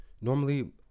normally